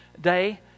day